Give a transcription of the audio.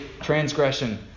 transgression